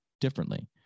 differently